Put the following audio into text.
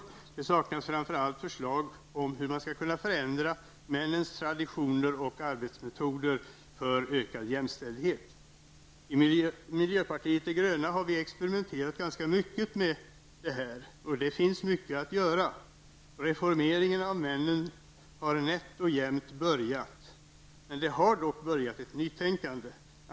Framför allt saknas det förslag på hur man skall kunna förändra männens traditioner och arbetsmetoder för att få ökad jämställdhet. Vi har i miljöpartiet de gröna experimenterat ganska mycket med detta. Det finns mycket att göra. Reformeringen av männen har nätt och jämnt börjat, men det har dock kommit in ett nytänkande.